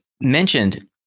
mentioned